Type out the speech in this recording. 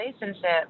relationship